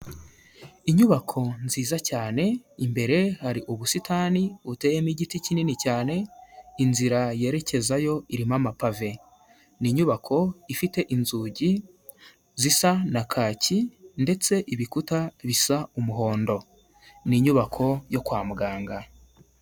Inyubako nziza cyane imbere hari ubusitani buteyemo igiti kinini cyane, inzira yerekezayo irimo amapave. Ni inyubako ifite inzugi zisa na kaki ndetse ibikuta bisa umuhondo. Ni inyubako yo kwa muganga.